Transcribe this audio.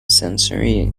sensory